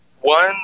One